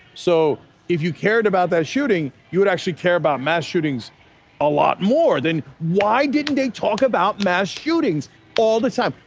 so if you cared about that shooting you would care about mass shootings a lot more than, why didn't they talk about mass shootings all the time?